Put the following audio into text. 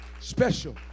Special